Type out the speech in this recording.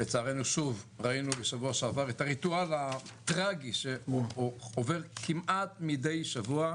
לצערנו שוב ראינו בשבוע שעבר את הריטואל הטרגי שהוא עובר כמעט מדי שבוע,